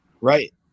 Right